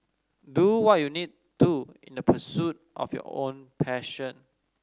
do what you need to in the pursuit of your own passion